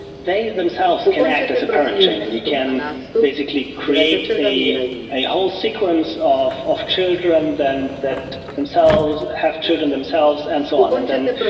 they themselves can act as a parent chain and you can basically create a a whole sequence of of children then that themselves have children themselves and so on. and then,